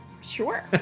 Sure